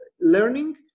learning